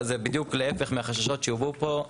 זה בדיוק להיפך מהחששות שהובעו פה.